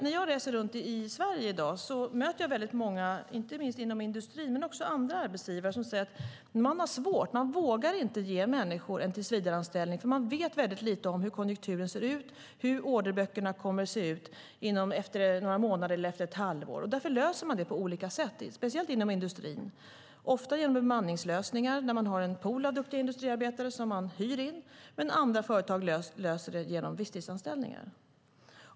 När jag reser runt i Sverige möter jag många arbetsgivare, inte minst inom industrin, som säger att de har det svårt, att de inte vågar ge människor en tillsvidareanställning eftersom de vet så lite om hur konjunkturen blir, hur orderböckerna kommer att se ut om några månader eller ett halvår. Därför löser man det på olika sätt, speciellt inom industrin. Ofta sker det genom bemanningslösningar där man har en pool av duktiga industriarbetare som man hyr in. Andra företag löser det i form av visstidsanställningar.